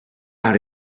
out